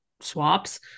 swaps